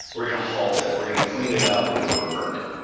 we're going to halt it. we're going to clean it up. we're going to revert it.